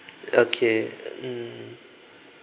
okay mm